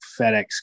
FedEx